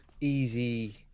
easy